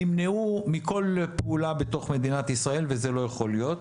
נמנעו מכל פעולה בתוך מדינת ישראל וזה לא יכול להיות.